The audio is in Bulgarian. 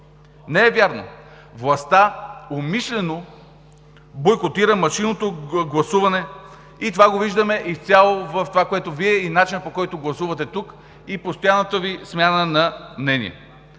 Не е вярно! Властта умишлено бойкотира машинното гласуване и това го виждаме изцяло в начина, по който гласувате тук, и в постоянната смяна на мнението